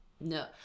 no